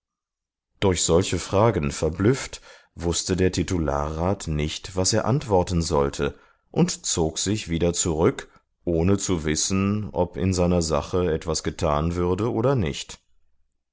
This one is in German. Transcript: durch solche fragen verblüfft wußte der titularrat nicht was er antworten sollte und zog sich wieder zurück ohne zu wissen ob in seiner sache etwas getan würde oder nicht